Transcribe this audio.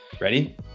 Ready